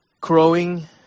growing